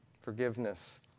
Forgiveness